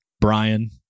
Brian